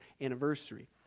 anniversary